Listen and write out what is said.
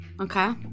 Okay